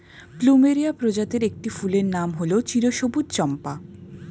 plumeria প্রজাতির একটি ফুলের নাম হল চিরসবুজ চম্পা